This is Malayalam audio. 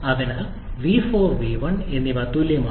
അതിനാൽ v4 v1 എന്നിവ തുല്യമാണ്